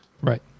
Right